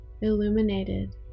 illuminated